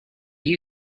you